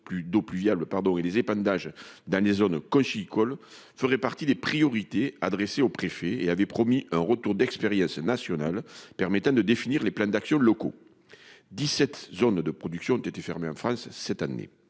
d'eau pluviale pardon et les épandages dans des zones conchylicoles ferait partie des priorités adressée aux préfets et avait promis un retour d'expérience nationale permettant de définir les plans d'action de locaux. 17 zones de production ont été fermées en France cette année.